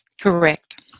Correct